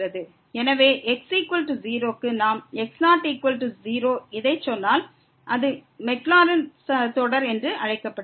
எனவே x0 க்கு நாம் x00 இதைச் சொன்னால் இது மாக்லாரின்ஸ் தொடர் என்று அழைக்கப்படுகிறது